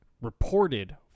reported